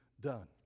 done